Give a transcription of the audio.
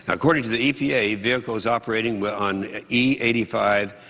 according to the e p a, vehicles operating on e eighty five